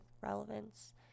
Relevance